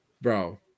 Bro